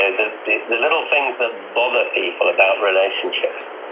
ah the the little things that bother people about relationships.